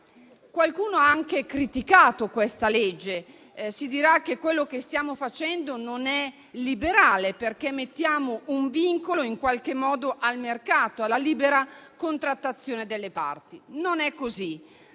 Qualcuno ha anche criticato questo disegno di legge. Si dirà che quello che stiamo facendo non è liberale, perché mettiamo in qualche modo un vincolo al mercato e alla libera contrattazione delle parti: non è così.